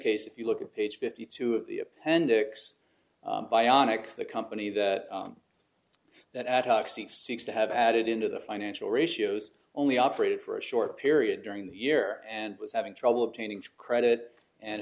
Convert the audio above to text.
case if you look at page fifty two of the appendix by onyx the company that that ad hoc six six to have added into the financial ratios only operated for a short period during the year and was having trouble obtaining credit and